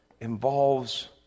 involves